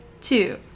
Two